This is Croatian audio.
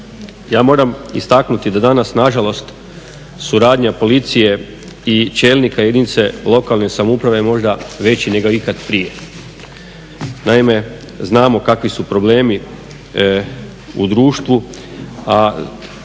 Ja moram istaknuti da danas nažalost suradnja policije i čelnika jedinice lokalne samouprave možda veći nego ikad prije. Naime, znamo kakvi su problemi u društvu, a